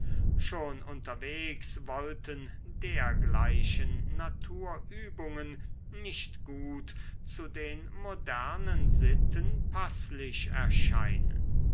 schon unterwegs wollten dergleichen naturübungen nicht gut zu den modernen sitten paßlich erscheinen